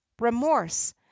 remorse